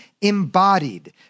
embodied